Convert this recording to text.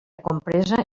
compresa